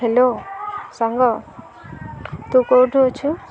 hello ସାଙ୍ଗ ତୁ କେଉଁଠୁ ଅଛୁ